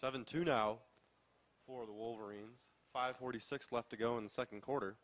seven to know for the wolverines five forty six left to go in the second quarter